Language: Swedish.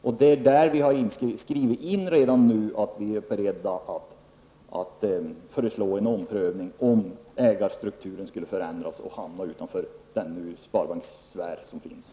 Där har vi redan nu skrivit in att vi är beredda att föreslå en omprövning, om ägarstrukturen skulle förändras och hamna utanför den sparbankssfär som finns nu.